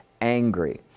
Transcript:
angry